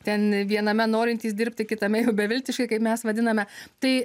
ten viename norintys dirbti kitame jau beviltiški kaip mes vadiname tai